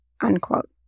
unquote